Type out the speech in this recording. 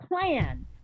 plan